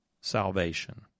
salvation